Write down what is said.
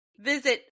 visit